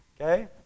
Okay